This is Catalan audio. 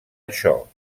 això